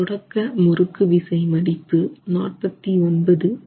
தொடக்க முறுக்கு விசை மதிப்பு 49kN 49